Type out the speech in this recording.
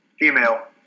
female